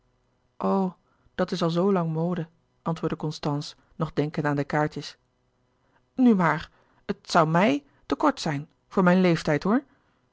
dat is al zoo lang mode antwoordde louis couperus de boeken der kleine zielen constance nog denkende aan de kaartjes nu maar het zoû mij te kort zijn voor mijn leeftijd hoor